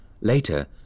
Later